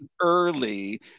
early